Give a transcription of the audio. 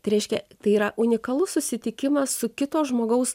tai reiškia tai yra unikalus susitikimas su kito žmogaus